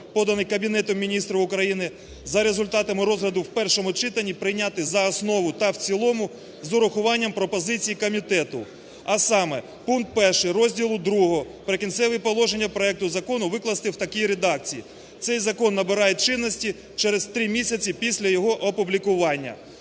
поданий Кабінетом Міністрів України, за результатами розгляду в першому читанні прийняти за основу та в цілому з урахуванням пропозицій комітету. А саме: пункт 1 розділу другого "Прикінцеві положення" проекту закону викласти в такій редакції: "Цей закон набирає чинності через 3 місяці після його опублікування".